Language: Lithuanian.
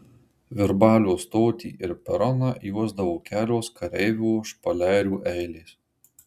virbalio stotį ir peroną juosdavo kelios kareivių špalerių eilės